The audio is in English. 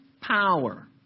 power